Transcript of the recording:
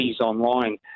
online